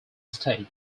estate